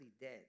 dead